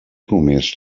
promès